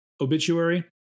obituary